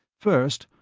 first,